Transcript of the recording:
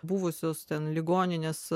buvusios ten ligoninės